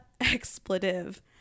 expletive